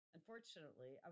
Unfortunately